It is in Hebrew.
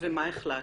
ומה החלטת?